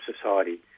society